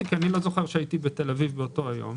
כי אני לא זוכר שהייתי בתל אביב באותו יום,